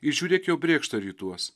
ir žiūrėk jau brėkšta rytuos